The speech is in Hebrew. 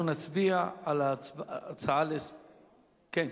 אנחנו נצביע על הצעה לסדר-היום.